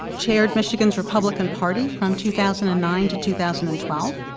chaired michigan's republican party from two thousand and nine to two thousand and twelve.